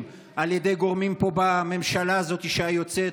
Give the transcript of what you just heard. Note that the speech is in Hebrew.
על ידי גורמים פה בממשלה הזאת היוצאת,